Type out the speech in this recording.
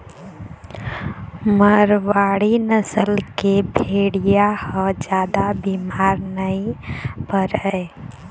मारवाड़ी नसल के भेड़िया ह जादा बिमार नइ परय